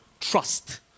trust